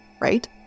right